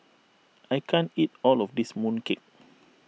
I can't eat all of this mooncake